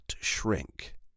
shrink